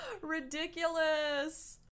Ridiculous